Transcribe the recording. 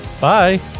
Bye